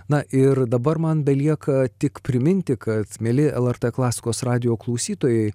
na ir dabar man belieka tik priminti kad mieli el er tė klasikos radijo klausytojai